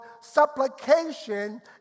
Supplication